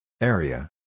area